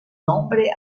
nombre